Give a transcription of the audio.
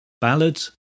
ballads